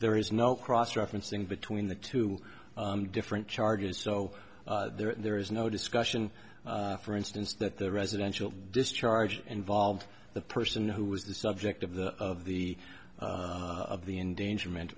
there is no cross referencing between the two different charges so there is no discussion for instance that the residential discharge involved the person who was the subject of the of the of the endangerment